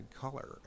color